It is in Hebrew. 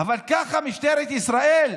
אבל ככה משטרת ישראל מתנהגת?